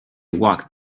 walk